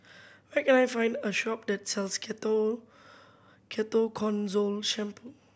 where can I find a shop that sells Ketoconazole Shampoo